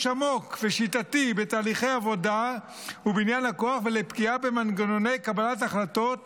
עמוק ושיטתי בתהליכי עבודה ובניין הכוח ולפגיעה במנגנוני קבלת החלטות